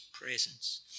presence